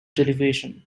derivation